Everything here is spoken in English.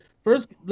First